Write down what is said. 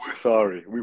Sorry